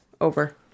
over